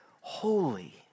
holy